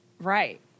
Right